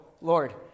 Lord